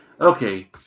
Okay